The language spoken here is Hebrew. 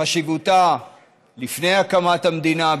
חשיבותה לפני הקמת המדינה,